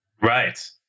right